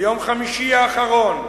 ביום חמישי האחרון,